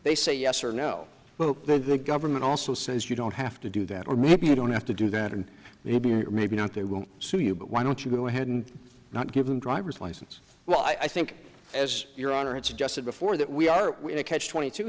they say yes or no but the government also says you don't have to do that or maybe you don't have to do that and maybe maybe not they won't sue you but why don't you go ahead and not give them driver's license well i think as your honor it's just said before that we are in a catch twenty two